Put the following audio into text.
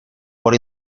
por